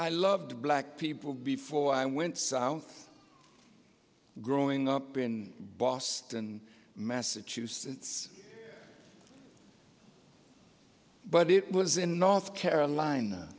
i loved black people before i went south growing up in boston massachusetts but it was in north carolina